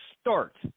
start